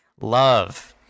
love